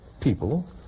people